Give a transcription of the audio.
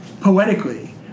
poetically